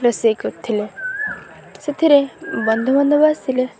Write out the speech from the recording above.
ରୋଷେଇ କରୁଥିଲେ ସେଥିରେ ବନ୍ଧୁବାନ୍ଧବ ଆସିଲେ